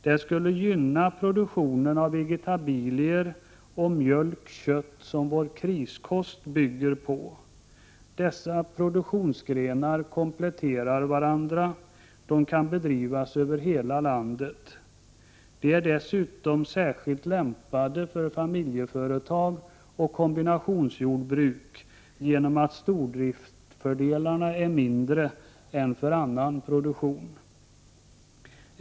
Det skulle gynna produktionen av vegetabilier och mjölk/kött som vår kriskost bygger på. Dessa produktionsgrenar kompletterar varandra, och de kan bedrivas över hela landet. De är dessutom särskilt lämpade för familjeföretag och kombinationsjordbruk genom att stordriftsfördelarna är mindre än för annan produktion.